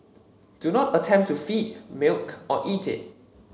do not attempt to feed milk or eat it